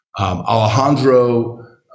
Alejandro